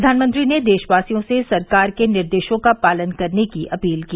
प्रधानमंत्री ने देशवासियों से सरकार के निर्देशों का पालन करने की अपील की